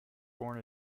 born